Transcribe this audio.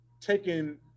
taking